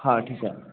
हा ठीकु आहे